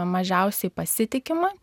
mažiausiai pasitikima